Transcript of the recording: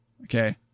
Okay